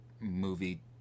movie